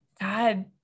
God